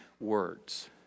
words